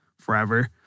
forever